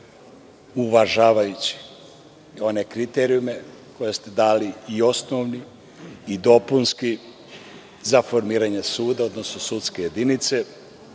uvažavajućih kriterijuma koje ste dali, i osnovnih i dopunskih, za formiranje suda, odnosno sudske jedinice.